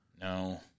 No